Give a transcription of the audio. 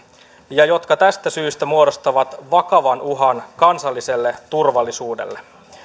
ja jotka tästä syystä muodostavat vakavan uhan kansalliselle turvallisuudelle